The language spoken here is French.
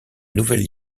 nouvelle